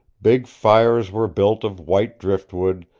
big fires were built of white driftwood,